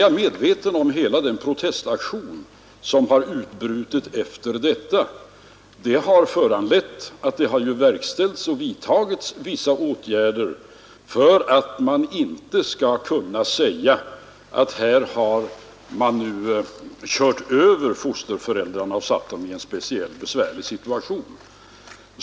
Jag känner väl till hela den protestaktion som utbrutit efter detta. Den har föranlett att det har vidtagits vissa åtgärder för att ingen skall kunna säga att här har man kört över fosterföräldrarna och satt dem i en speciellt besvärlig situation.